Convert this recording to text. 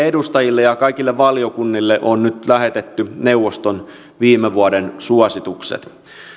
edustajille ja kaikille valiokunnille on nyt lähetetty neuvoston viime vuoden suositukset